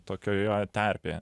tokioje terpėje